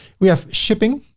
we have shipping,